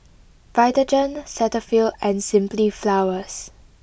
Vitagen Cetaphil and Simply Flowers